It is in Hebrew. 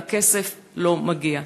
והכסף לא מגיע.